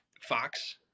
Fox